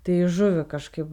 tai žuvį kažkaip